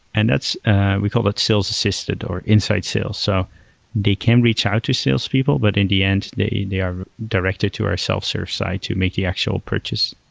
and we call that sales assisted, or inside sales. so they can reach out to sales people, but in the end they they are directed to our sales service site to make the actual purchase.